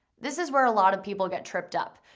this is where a lot of people get tripped up.